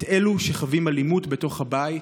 את אלו שחווים אלימות בתוך הבית.